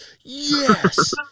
yes